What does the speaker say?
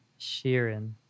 Sheeran